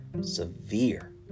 severe